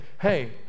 hey